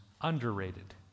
underrated